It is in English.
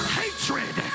hatred